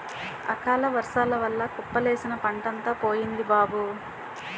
అకాలవర్సాల వల్ల కుప్పలేసిన పంటంతా పోయింది బాబూ